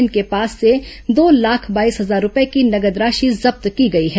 इनके पास से दो लाख बाईस हजार रूपये की नगद राशि जब्त की गई है